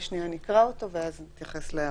נקרא אותו ואז נתייחס להערות.